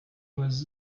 was